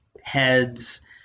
heads